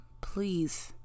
please